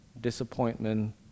disappointment